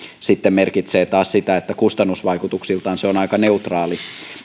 sitten merkitsee taas sitä että kustannusvaikutuksiltaan se on aika neutraali